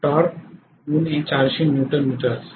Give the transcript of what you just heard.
torque 400 newton metre असेल